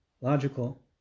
logical